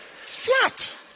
Flat